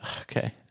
Okay